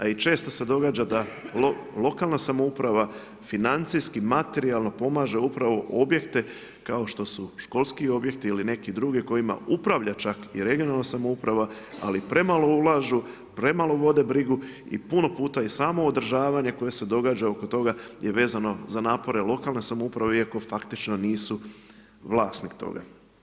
A i često se događa da lokalna samouprava financijski, materijalno pomaže upravo objekte kao što su školski objekti ili neki drugi kojima upravlja čak i regionalna samouprava ali premalo ulažu, premalo vode brigu i puno puta i samo održavanje koje se događa oko toga je vezano za napore lokalne samouprave iako faktično nisu vlasnik toga.